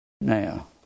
Now